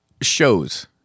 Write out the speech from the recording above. shows